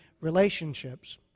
relationships